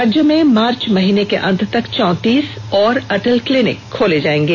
राज्य में मार्च महीने के अंत तक चौतीस और अटल क्लिनिक खोले जाएंगे